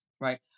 right